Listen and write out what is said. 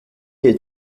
est